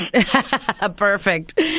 Perfect